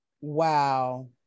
Wow